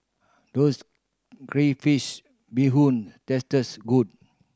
does crayfish beehoon tastes good